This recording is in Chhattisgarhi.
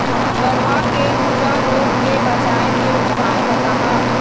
गरवा के खुरा रोग के बचाए के उपाय बताहा?